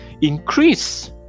increase